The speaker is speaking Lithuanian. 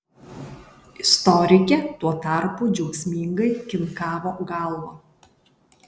istorikė tuo tarpu džiaugsmingai kinkavo galva